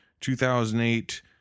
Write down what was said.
2008